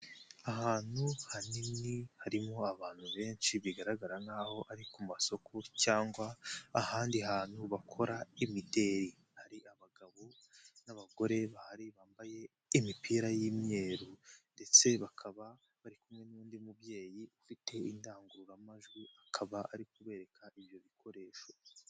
Ahantu hanini harimo abantu benshi bigaragara nk'aho ari ku masoko cyangwa ahandi hantu bakora imideli, hari abagabo n'abagore bahari bambaye imipira y'imyeru ndetse bakaba bari kumwe n'undi mubyeyi ufite indangururamajwi, akaba ari kubereka ibyo bikoresho.